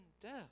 death